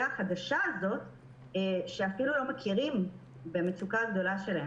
החדשה הזו שאפילו לא מכירים במצוקה הגדולה שלה.